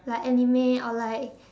like Anime or like